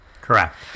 Correct